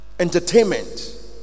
entertainment